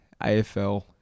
AFL